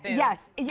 yes.